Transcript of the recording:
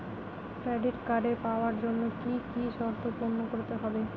Credit card পাওয়ার জন্য কি কি শর্ত পূরণ করতে হবে?